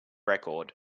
record